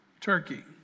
Turkey